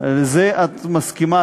לזה את מסכימה,